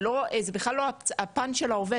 זה בכלל לא הפן של העובד,